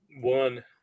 one